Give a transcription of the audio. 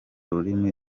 rurimi